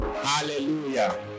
Hallelujah